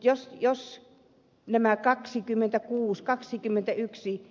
mutta jos nämä kaksikymmentä plus kaksikymmentäyksi